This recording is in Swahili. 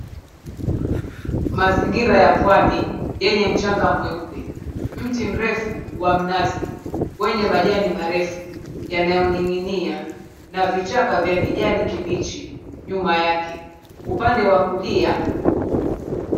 Mazingira ya pwani yenye mchanga mweupe. Mti mrefu wa mnazi wenye majani marefu yanayoning'inia, na vichaka vya kijani kibichi nyuma yake upande wa kulia.